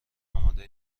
آماده